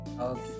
Okay